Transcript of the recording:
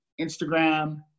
Instagram